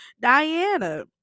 Diana